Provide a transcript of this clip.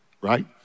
right